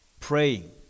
praying